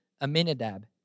Aminadab